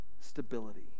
stability